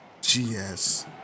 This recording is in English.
GS